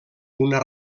una